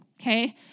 okay